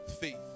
faith